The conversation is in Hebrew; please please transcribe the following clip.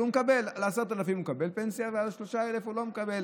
על 10,000 הוא מקבל פנסיה ועל 3,500 הוא לא מקבל.